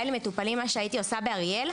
אין לי מטופלים מה שהייתי עושה באריאל.